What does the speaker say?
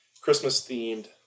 Christmas-themed